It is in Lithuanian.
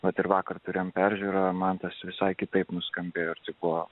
net ir vakar turėjome peržiūrą mantas visai kitaip nuskambėjo sutiko